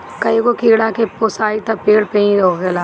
कईगो कीड़ा के पोसाई त पेड़ पे ही होखेला